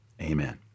amen